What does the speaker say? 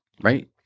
right